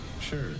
Sure